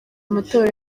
amatora